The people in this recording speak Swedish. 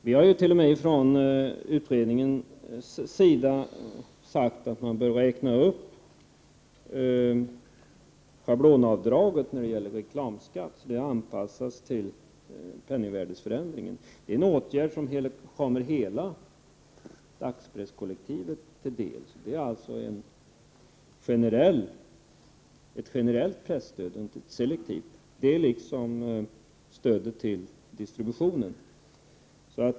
Vi har från utredningens sida sagt att man behöver räkna upp schablonavdraget för reklamskatt och anpassa det till penningvärdesförändringarna. Det är en åtgärd som kommer hela dagspresskollektivet till del. Det är alltså ett generellt presstöd, inte selektivt, och stöd till distribution.